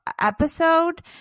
episode